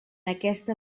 aquesta